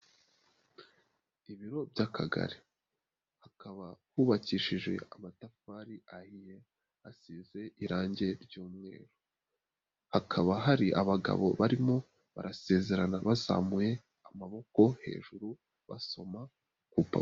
Ibiro by'akagari hakaba hubakishije amatafari ahiye asize irangi ry'umweru, hakaba hari abagabo barimo barasezerana bazamuye amaboko hejuru basoma ku rupapuro.